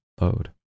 load